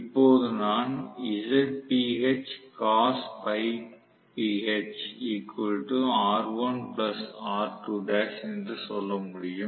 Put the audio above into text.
இப்போது நான் என்று சொல்ல முடியும்